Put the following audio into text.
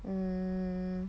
mm